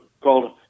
called